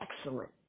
excellent